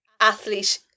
athlete